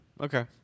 okay